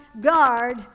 guard